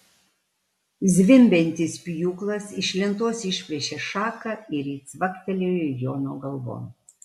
zvimbiantis pjūklas iš lentos išplėšė šaką ir ji cvaktelėjo jono galvon